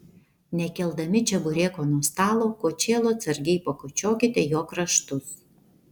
nekeldami čebureko nuo stalo kočėlu atsargiai pakočiokite jo kraštus